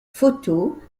photos